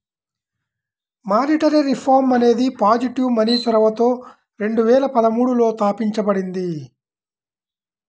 monetary reform అనేది positive money చొరవతో రెండు వేల పదమూడులో తాపించబడింది